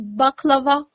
baklava